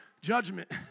Judgment